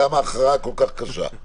למה ההכרעה כל כך קשה?